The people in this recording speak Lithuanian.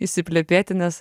įsiplepėti nes